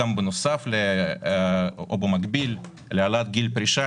בנוסף או במקביל להעלאת גיל פרישה,